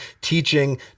teaching